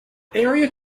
area